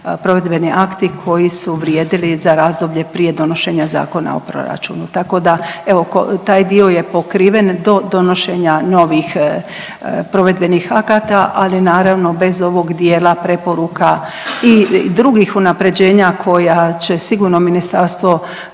provedbeni akti koji su vrijedili za razdoblje prije donošenja Zakona o proračunu. Tako da, evo taj dio je pokriven do donošenja novih provedbenih akata, ali naravno bez ovog dijela preporuka i drugih unapređenja koja će sigurno Ministarstvo